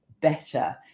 better